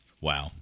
Wow